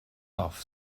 off